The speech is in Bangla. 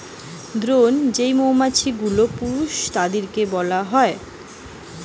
দ্রোন যেই মৌমাছি গুলা পুরুষ তাদিরকে বইলা হয়টে